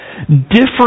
different